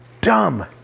dumb